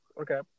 Okay